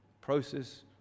Process